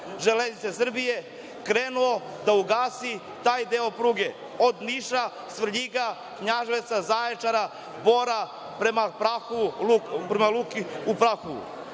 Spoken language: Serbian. Železnice Srbije, krenuo da ugasi taj deo pruge, od Niša, Svrljiga, Knjaževca, Zaječara, Bora prema luki u Prahovu.